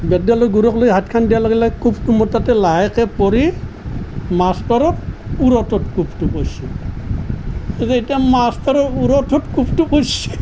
বেতডালৰ গুৰকলৈ হাতখন দিয়াৰ লগে লগে কোবটো মোৰ তাতে লাহেকে পৰি মাষ্টৰক উৰুটোত কোবটো পৰিছে যেতিয়া মাষ্টৰৰ উৰুটোত কোবটো পৰিছে